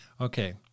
Okay